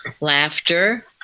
Laughter